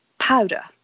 Powder